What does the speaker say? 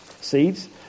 seeds